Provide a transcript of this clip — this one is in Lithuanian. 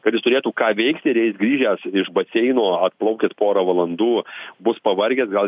kad jis turėtų ką veikti ir jis grįžęs iš baseino atplaukęs porą valandų bus pavargęs gal